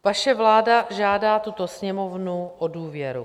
Vaše vláda žádá tuto Sněmovnu o důvěru.